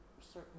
certain